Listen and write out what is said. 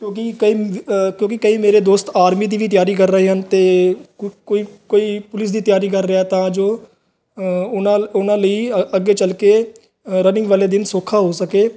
ਕਿਉਂਕਿ ਕਈ ਕਿਉਂਕਿ ਕਈ ਮੇਰੇ ਦੋਸਤ ਆਰਮੀ ਦੀ ਵੀ ਤਿਆਰੀ ਕਰ ਰਹੇ ਹਨ ਅਤੇ ਕੋ ਕੋਈ ਕੋਈ ਪੁਲਿਸ ਦੀ ਤਿਆਰੀ ਕਰ ਰਿਹਾ ਤਾਂ ਜੋ ਉਹਨਾਂ ਉਹਨਾਂ ਲਈ ਅੱਗੇ ਚੱਲ ਕੇ ਰਨਿੰਗ ਵਾਲੇ ਦਿਨ ਸੌਖਾ ਹੋ ਸਕੇ